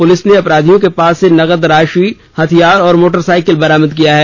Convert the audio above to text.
police ने अपराधियों के पास से नगद राशि हथियार और मोटरसाइकिल बरामद किया है